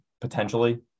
potentially